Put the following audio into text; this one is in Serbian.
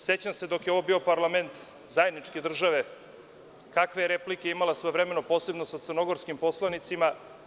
Sećam se, dok je ovo bio parlament zajedničke države, kakve je replike imala svojevremeno, posebno sa crnogorskim poslanicima.